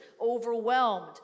overwhelmed